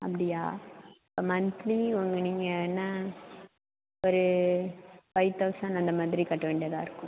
அப்படியா மந்த்லி உங்கள் நீங்கள் என்ன ஒரு ஃபைவ் தெளசண்ட் அந்த மாதிரி கட்ட வேண்டியதாக இருக்கும்